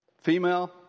Female